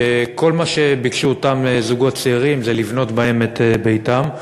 כשכל מה שביקשו אותם זוגות צעירים זה לבנות בהם את ביתם.